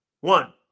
One